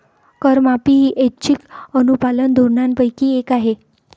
करमाफी ही ऐच्छिक अनुपालन धोरणांपैकी एक आहे